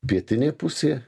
pietinė pusė